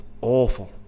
awful